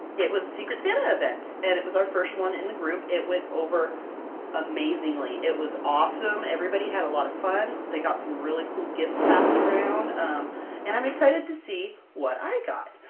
it was a secret santa event! and it was our first one in the group! it went over amazingly! it was awesome! everybody had a lot of fun, they got some really cool gifts passed around, um and i'm excited to see what i got!